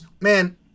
man